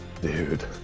Dude